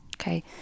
Okay